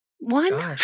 one